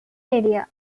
area